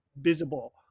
visible